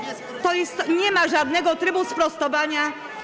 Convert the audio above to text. Nie ma żadnego trybu sprostowania.